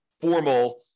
formal